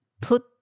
put